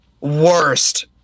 worst